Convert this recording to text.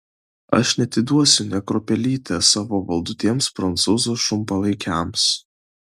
aš neatiduosiu nė kruopelytės savo valdų tiems prancūzų šunpalaikiams